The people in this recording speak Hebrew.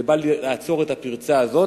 זה בא לעצור את הפרצה הזאת.